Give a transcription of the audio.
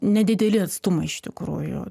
nedideli atstumai iš tikrųjų